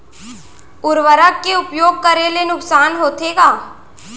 उर्वरक के उपयोग करे ले नुकसान होथे का?